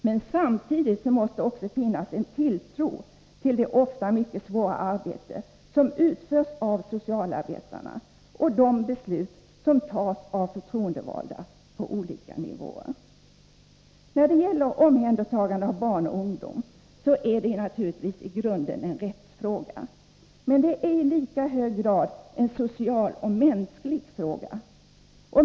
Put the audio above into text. Men samtidigt måste det också finnas tilltro till det ofta mycket svåra arbete som utförs av socialarbetarna och de beslut som tas av förtroendevalda på olika nivåer. Omhändertagande av barn och ungdom är naturligtvis i grunden en rättsfråga. Men det är i lika hög grad en social och mänsklig fråga.